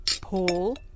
Paul